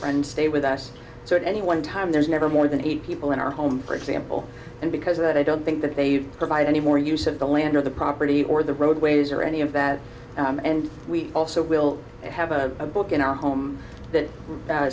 friends stay with us so at any one time there's never more than eight people in our home for example and because of that i don't think that they provide any more use of the land or the property or the roadways or any of that and we also will have a book in our home that